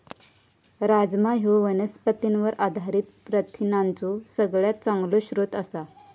राजमा ह्यो वनस्पतींवर आधारित प्रथिनांचो सगळ्यात चांगलो स्रोत आसा